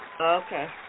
okay